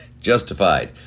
justified